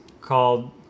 called